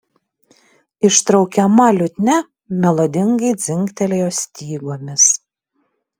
ištraukiama liutnia melodingai dzingtelėjo stygomis